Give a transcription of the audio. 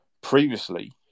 previously